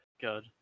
good